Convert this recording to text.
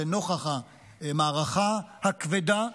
לנוכח המערכה הכבדה,